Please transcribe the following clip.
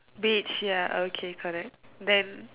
beige ya okay correct then